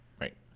right